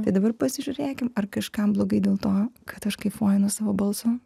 bet dabar pasižiūrėkim ar kažkam blogai dėl to kad aš kaifuoju nuo savo balso